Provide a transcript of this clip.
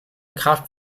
kraft